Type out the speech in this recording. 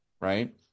right